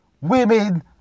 women